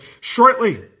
shortly